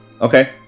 Okay